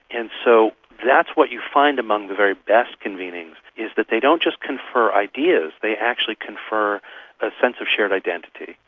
and so that's what you find among the very best convenings, is that they don't just confer ideas, they actually confer a sense of shared identity,